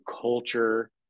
culture